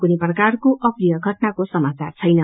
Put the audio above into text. कुनै प्रकारको अप्रिय झाटनाको सामाचार छैन